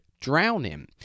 drowning